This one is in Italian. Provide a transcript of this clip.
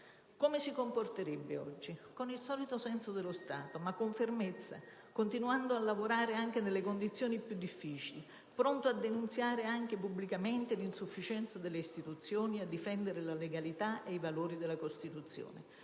Come si comporterebbe oggi? Con il solito senso dello Stato, ma con fermezza, continuando a lavorare anche nelle condizioni più difficili, pronto a denunziare, anche pubblicamente, l'insufficienza delle istituzioni e a difendere la legalità e i valori della Costituzione.